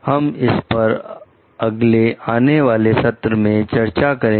हम इस पर अगले आने वाले सत्र में चर्चा करेंगे